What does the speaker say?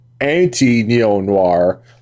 anti-neo-noir